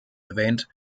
erwähnt